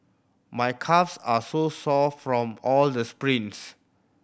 my calves are so sore from all the sprints